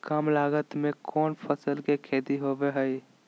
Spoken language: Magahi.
काम लागत में कौन फसल के खेती होबो हाय?